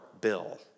bill